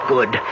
Good